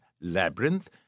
labyrinth